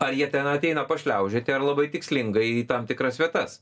ar jie ten ateina pašliaužioti ar labai tikslingai į tam tikras vietas